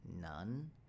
None